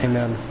Amen